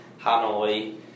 Hanoi